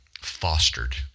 fostered